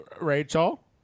Rachel